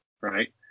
right